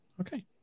Okay